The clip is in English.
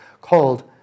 Called